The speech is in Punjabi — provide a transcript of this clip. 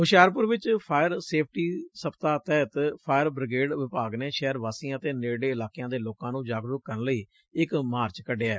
ਹੂਸ਼ਿਆਰਪੁਰ ਵਿਚ ਫਾਇਰ ਸੇਫਟੀ ਸਪਤਾਹ ਤਹਿਤ ਫਾਇਰ ਬ੍ਰੀਗੇਡ ਵਿਭਾਗ ਨੇ ਸ਼ਹਿਰ ਵਾਸੀਆਂ ਅਤੇ ਨੇੜਲੇ ਇਲਾਕਿਆਂ ਦੇ ਲੋਕਾਂ ਨੂੰ ਜਾਗਰੂਕ ਕਰਨ ਲਈ ਇਕ ਮਾਰਚ ਕਢਿਐ